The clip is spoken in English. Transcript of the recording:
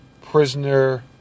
prisoner